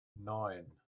neun